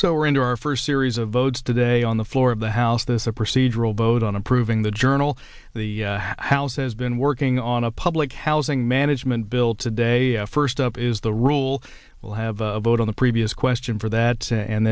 so we're into our first series of votes today on the floor of the house there's a procedural vote on approving the journal the house has been working on a public housing management bill today first up is the rule will have a vote on the previous question for that and